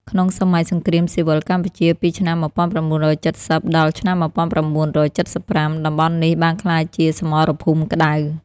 ក្នុងសម័យសង្គ្រាមស៊ីវិលកម្ពុជា ពីឆ្នាំ ១៩៧០ ដល់ ឆ្នាំ ១៩៧៥ តំបន់នេះបានក្លាយជាសមរភូមិក្តៅ។